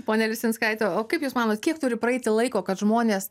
ponia lisinskaite o kaip jūs manot kiek turi praeiti laiko kad žmonės